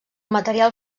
material